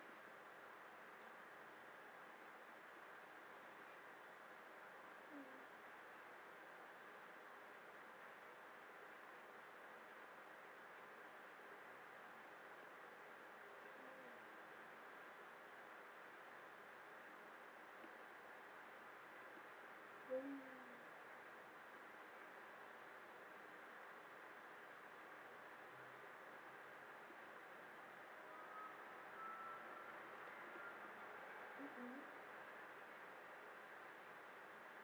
mm mm mm mmhmm